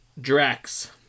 Drax